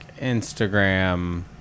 instagram